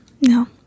No